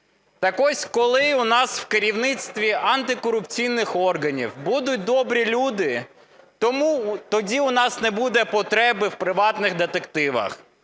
Так ось, коли у нас в керівництві антикорупційних органів будуть добрі люди, тоді у нас не буде потреби в приватних детективах.